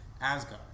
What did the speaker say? Asgard